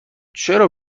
چرا